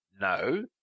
no